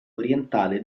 orientale